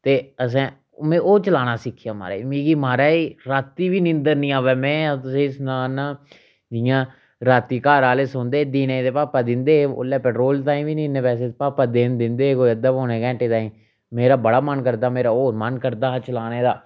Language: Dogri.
ते असें में ओह् चलाना सिक्खेआ महाराज मिकी महाराज राती बी नींदर नी आवै में तुसें ई सनां ना जियां राती घर आह्ले सोंदे हे दिनें ते पापा दिंदे हे ओल्लै पैट्रोल ताईं बी नेईं इन्ने पैसे पापा दिंदे हे कोई अद्धे पौने घैंटे ताईं मेरा बड़ा मन करदा हा मेरा होर मन करदा हा चलाने दा